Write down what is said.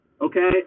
okay